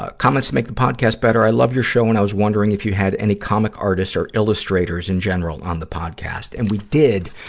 ah comments to make the podcast better i love you show and i was wondering if you had any comic artists or illustrators in general on the podcast. and we did.